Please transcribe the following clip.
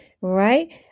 right